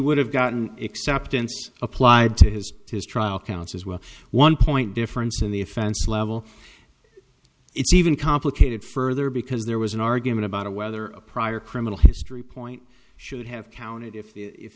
would have gotten except instead applied to his his trial counts as well one point difference in the offense level it's even complicated further because there was an argument about whether a prior criminal history point should have counted if